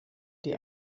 die